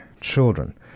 children